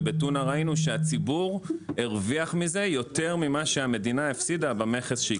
ובטונה ראינו שהציבור הרוויח מזה יותר ממה שהמדינה הפסידה במכס.